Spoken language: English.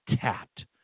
tapped